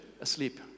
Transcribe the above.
asleep